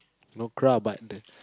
no crowd but the